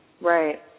Right